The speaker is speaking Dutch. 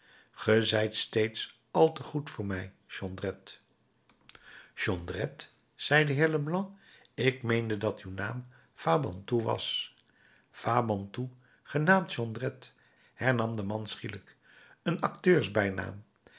steeds al te goed voor mij jondrette jondrette zei de heer leblanc ik meende dat uw naam fabantou was fabantou genaamd jondrette hernam de man schielijk een acteurs bijnaam en